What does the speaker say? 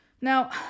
Now